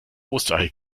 osterei